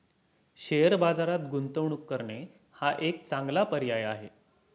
share बाजारात गुंतवणूक करणे हा एक चांगला पर्याय आहे